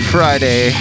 Friday